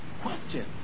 question